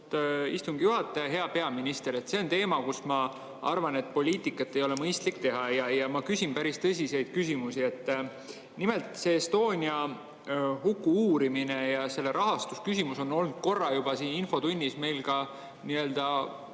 istungi juhataja! Hea peaminister! See on teema, mille puhul, ma arvan, poliitikat ei ole mõistlik teha. Ja ma küsin päris tõsiseid küsimusi. Nimelt, Estonia huku uurimine ja selle rahastusküsimus on olnud korra juba siin infotunnis meil ka nii-öelda